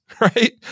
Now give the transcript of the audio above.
right